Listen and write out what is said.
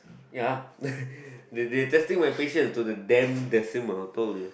ya they they testing my patience to the damn decimal I told you